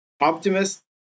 optimist